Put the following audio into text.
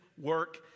work